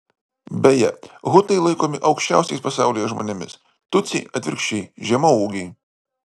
beje hutai laikomi aukščiausiais pasaulyje žmonėmis tutsiai atvirkščiai žemaūgiai